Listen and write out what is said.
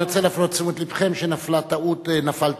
אני רוצה להפנות את תשומת לבכם שנפלה טעות בסדר-היום.